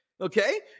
Okay